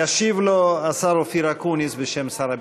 ישיב לו השר אופיר אקוניס, בשם שר הביטחון.